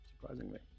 surprisingly